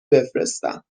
بفرستم